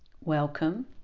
welcome